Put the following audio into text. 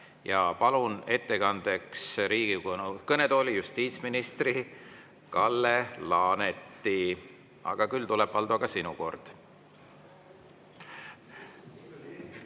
Palun ettekandeks Riigikogu kõnetooli justiitsminister Kalle Laaneti. Küll tuleb, Valdo, ka sinu kord.